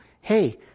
hey